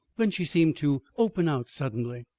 then she seemed to open out suddenly.